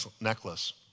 necklace